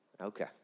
Okay